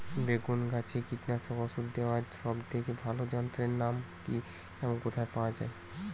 বেগুন গাছে কীটনাশক ওষুধ দেওয়ার সব থেকে ভালো যন্ত্রের নাম কি এবং কোথায় পাওয়া যায়?